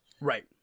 Right